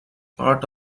part